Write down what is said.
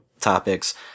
topics